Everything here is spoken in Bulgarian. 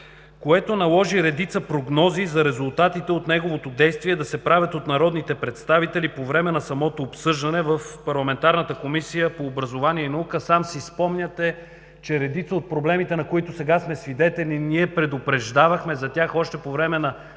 което наложи редица прогнози за резултатите от неговото действие да се правят от народните представители по време на самото обсъждане в парламентарната Комисия по образование и наука. Сам си спомняте, че редица от проблемите, на които сега сме свидетели – ние предупреждавахме за тях още по време на